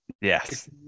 Yes